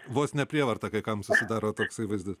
vos ne prievarta kai kam susidaro toksai vaizdas